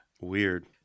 Weird